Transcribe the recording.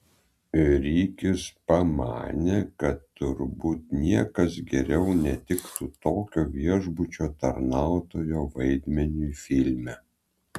rikis pamanė kad turbūt niekas geriau netiktų tokio viešbučio tarnautojo vaidmeniui filme